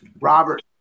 Robert